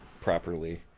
properly